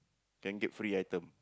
thank you free item